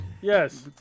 Yes